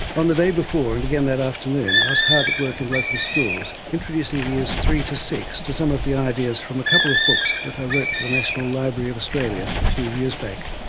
on the day before, and again that afternoon, i was hard at work in local schools, introducing years three to six to some of the ideas from a couple of books that i wrote for the national library of australia a few years back.